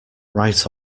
right